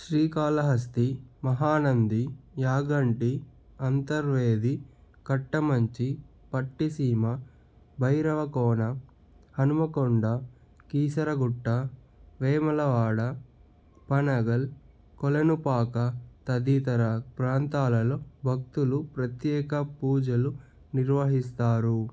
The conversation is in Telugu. శ్రీకాళహస్తి మహానంది యాగంటి అంతర్వేది కట్టమంచి పట్టిసీమ భైరవకోన హనుమకొండ కీసరగుట్ట వేములవాడ పనగల్ కోలనుపాక తదితర ప్రాంతాలలో భక్తులు ప్రత్యేక పూజలు నిర్వహిస్తారు